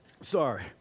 Sorry